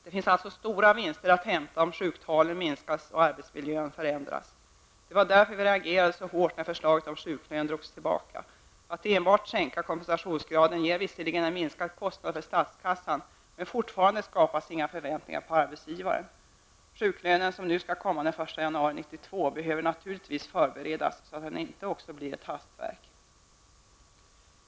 Det finns alltså stora vinster att hämta om sjuktalen minskas och arbetsmiljön förändras. Det var därför vi reagerade så hårt när förslaget om sjuklön drogs tillbaka. Att enbart sänka kompensationsgraden ger visserligen en minskad kostnad för statskassan, men fortfarande skapas inga förväntningar på arbetsgivaren. Den sjuklön som nu skall införas den 1 januari 1992 behöver naturligtvis förberedas så att inte också den blir ett hastverk.